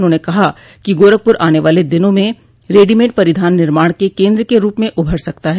उन्होंने कहा कि गोरखप्र आने वाले दिनों में रेडीमेड परिधान निर्माण के केन्द्र के रूप में उभर सकता है